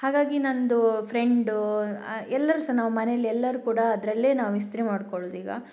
ಹಾಗಾಗಿ ನನ್ನದು ಫ್ರೆಂಡು ಎಲ್ಲರೂ ಸಹ ನಾವು ಮನೇಲ್ಲಿ ಎಲ್ಲರೂ ಕೂಡ ಅದರಲ್ಲೇ ನಾವು ಇಸ್ತ್ರಿ ಮಾಡಿಕೊಳ್ಳುದು ಈಗ